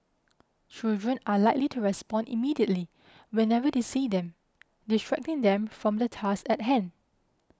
children are likely to respond immediately whenever they see them distracting them from the task at hand